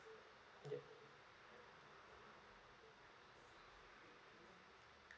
yup